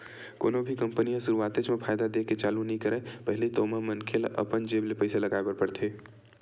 कोनो भी कंपनी ह सुरुवातेच म फायदा देय के चालू नइ करय पहिली तो ओमा मनखे ल अपन जेब ले पइसा लगाय बर परथे